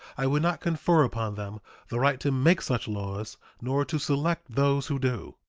i would not confer upon them the right to make such laws nor to select those who do.